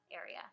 area